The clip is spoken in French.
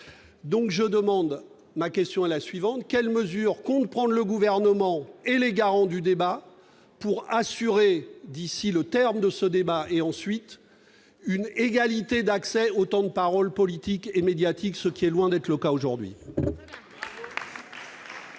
inégale. Ma question est la suivante : quelles mesures comptent prendre le Gouvernement et les garants pour assurer, jusqu'au terme de ce débat et ensuite, une égalité d'accès au temps de parole politique et médiatique, ce qui est loin d'être le cas aujourd'hui ?